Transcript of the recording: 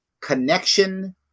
connection